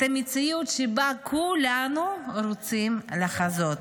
את המציאות שכולנו רוצים לחזות.